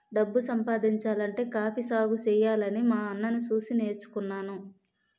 డబ్బు సంపాదించాలంటే కాఫీ సాగుసెయ్యాలని మా అన్నని సూసి నేర్చుకున్నాను